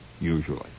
usually